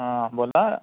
बोला